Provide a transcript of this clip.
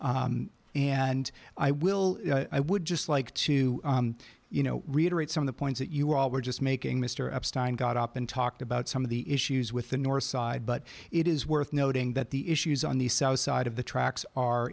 belmont and i will i would just like to you know reiterate some of the points that you all were just making mr epstein got up and talked about some of the issues with the north side but it is worth noting that the issues on the south side of the tracks are